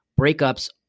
breakups